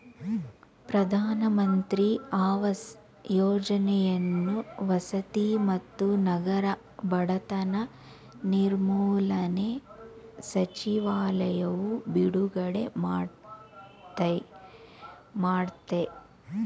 ಪ್ರಧಾನ ಮಂತ್ರಿ ಆವಾಸ್ ಯೋಜನೆಯನ್ನು ವಸತಿ ಮತ್ತು ನಗರ ಬಡತನ ನಿರ್ಮೂಲನೆ ಸಚಿವಾಲಯವು ಬಿಡುಗಡೆ ಮಾಡಯ್ತೆ